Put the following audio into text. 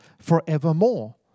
forevermore